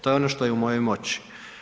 To je ono što je u mojoj moći.